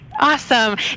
Awesome